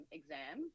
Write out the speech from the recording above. exam